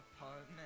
apartment